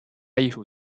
艺术